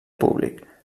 públic